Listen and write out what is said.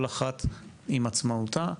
כל אחת עם עצמאותה.